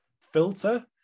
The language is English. filter